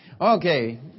okay